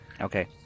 Okay